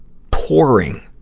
pouring